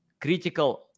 critical